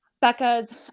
Becca's